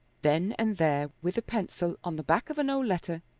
then and there, with a pencil, on the back of an old letter,